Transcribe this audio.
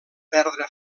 perdre